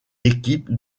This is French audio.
équipe